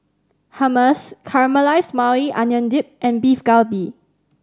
Hummus Caramelized Maui Onion Dip and Beef Galbi